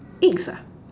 eggs ah